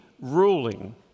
ruling